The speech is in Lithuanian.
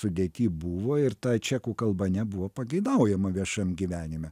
sudėty buvo ir ta čekų kalba nebuvo pageidaujama viešam gyvenime